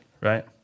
right